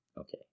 Okay